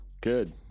good